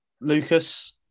Lucas